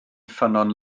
ffynnon